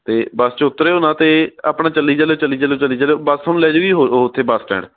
ਅਤੇ ਬੱਸ ਚੋਂ ਉਤਰਿਓ ਨਾ ਅਤੇ ਆਪਣਾ ਚੱਲੀ ਚੱਲਿਓ ਚੱਲੀ ਚੱਲਿਓ ਚੱਲੀ ਚੱਲਿਓ ਬੱਸ ਤੁਹਾਨੂੰ ਲੈ ਜਾਉਗੀ ਓ ਉੱਥੇ ਬੱਸ ਸਟੈਂਡ